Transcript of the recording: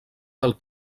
del